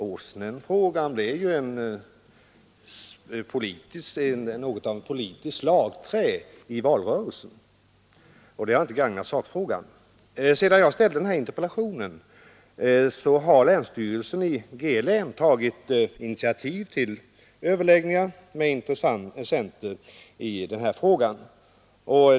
Åsnenfrågan blev ju något av ett politiskt slagträ i valrörelsen, och det har inte gagnat sakfrågan. Sedan jag ställde min interpellation har länsstyrelsen i G län tagit initiativ till överläggningar med intressenter i denna fråga.